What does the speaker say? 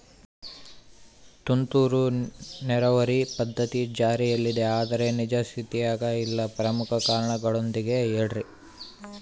ತುಂತುರು ನೇರಾವರಿ ಪದ್ಧತಿ ಜಾರಿಯಲ್ಲಿದೆ ಆದರೆ ನಿಜ ಸ್ಥಿತಿಯಾಗ ಇಲ್ಲ ಪ್ರಮುಖ ಕಾರಣದೊಂದಿಗೆ ಹೇಳ್ರಿ?